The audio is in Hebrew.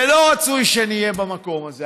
ולא רצוי שנהיה במקום הזה.